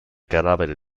cadavere